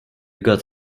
got